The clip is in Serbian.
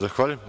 Zahvaljujem.